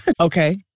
Okay